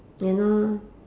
you know